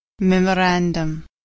Memorandum